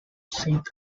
saint